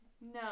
No